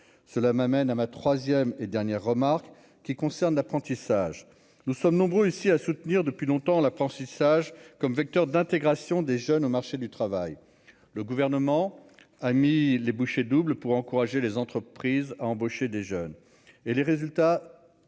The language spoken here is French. cela m'amène à ma 3ème et dernière remarque qui concerne l'apprentissage nous sommes nombreux ici à soutenir depuis longtemps l'apprentissage comme vecteur d'intégration des jeunes au marché du travail, le gouvernement a mis les bouchées doubles pour encourager les entreprises à embaucher des jeunes, et les résultats